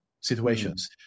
situations